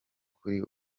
kuri